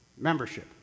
Membership